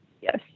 yes